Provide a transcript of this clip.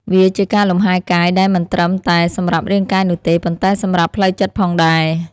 វាជាការលំហែកាយដែលមិនត្រឹមតែសម្រាប់រាងកាយនោះទេ ប៉ុន្តែសម្រាប់ផ្លូវចិត្តផងដែរ។